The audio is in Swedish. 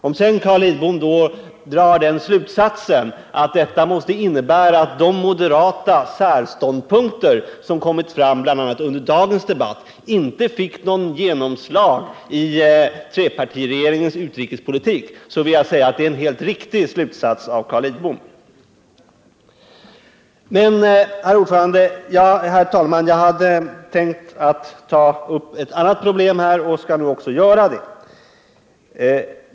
Om sedan Carl Lidbom drar slutsatsen att detta måste innebära att de moderata särståndpunkter som kommit fram bl.a. under dagens debatt inte fick något genomslag i trepartiregeringens utrikespolitik, så vill jag säga att det är en helt riktig slutsats som Carl Lidbom i så fall drar. Men, herr talman, jag hade egentligen tänkt behandla ett helt annat problem, och jag skall nu också göra det.